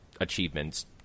achievements